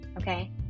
okay